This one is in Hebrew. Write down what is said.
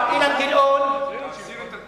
היא אומרת להסיר.